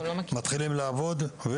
מתחילים לעבוד.